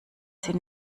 sie